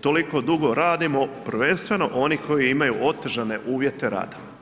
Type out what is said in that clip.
toliko dugo radimo, prvenstveno oni koji imaju otežane uvjete rada.